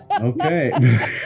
Okay